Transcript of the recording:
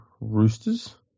Roosters